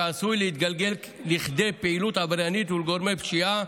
שעשוי להתגלגל לכדי פעילות עבריינית ולגורמי פשיעה,